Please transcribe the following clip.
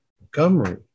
Montgomery